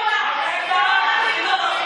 שהפורום החילוני ייכנס.